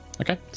Okay